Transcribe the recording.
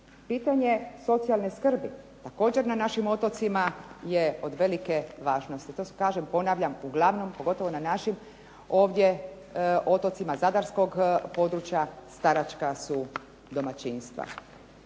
Pitanje socijalne skrbi također na našim otocima je od velike važnosti. To su kažem, ponavljam, uglavnom pogotovo na našim ovdje otocima zadarskog područja staračka su domaćinstva.